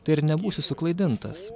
tai ir nebūsiu suklaidintas